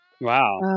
Wow